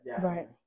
Right